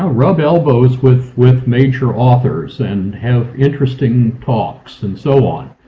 ah rub elbows with with major authors, and have interesting talks, and so on.